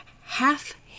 Half